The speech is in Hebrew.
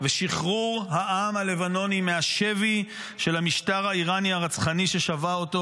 ושחרור העם הלבנוני מהשבי של המשטר האיראני הרצחני ששבה אותו.